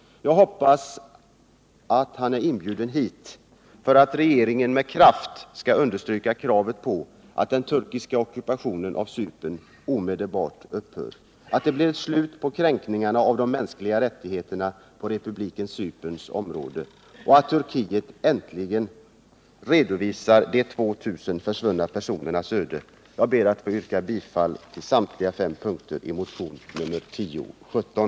Jag hoppas att han är inbjuden hit för att regeringen med kraft skall understryka kravet på att den turkiska ockupationen av Cypern omedelbart upphör, att det blir ett slut på kränkningarna av de mänskliga rättigheterna på republiken Cyperns område och att Turkiet äntligen redovisar de 2000 försvunna personernas öden. Jag yrkar bifall till samtliga fem punkter i motionen 1017.